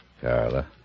Carla